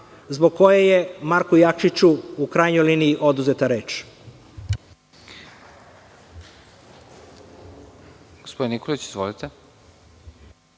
zbog koje je Marku Jakšiću, u krajnjoj liniji, oduzeta reč.